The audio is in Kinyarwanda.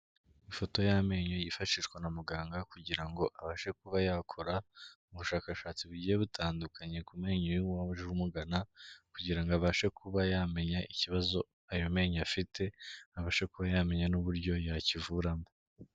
Ifoto y'amenyo yifashishwa na muganga kugira ngo abashe kuba yakora ubushakashatsi bugiye butandukanye ku menyo y'uwaba uje umugana, kugira ngo abashe kuba yamenya ikibazo ayo menyo afite, abashe kuba yamenya n'uburyo yakivuramo.